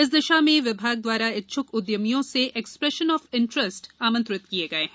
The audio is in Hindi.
इस दिशा में विभाग द्वारा इच्छुक उद्यमियों से एक्सप्रेशन ऑफ इन्ट्रेस्ट आमंत्रित की गई है